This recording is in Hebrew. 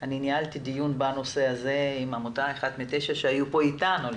ניהלתי דיון בנושא עם העמותה אחת מתשע שהיו איתנו פה.